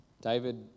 David